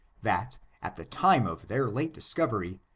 that, at the time of their late discovery,